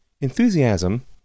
enthusiasm